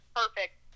perfect